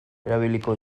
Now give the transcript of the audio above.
erabiliko